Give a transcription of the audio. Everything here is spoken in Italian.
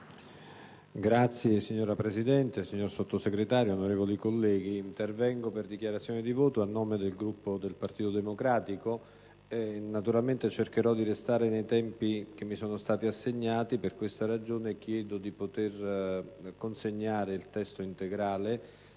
*(PD)*. Signora Presidente, signor Sottosegretario, onorevoli colleghi, intervengo per dichiarazione di voto a nome del Gruppo del Partito Democratico. Naturalmente cercherò di rispettare i tempi assegnati, e per questa ragione chiedo di poter consegnare il testo integrale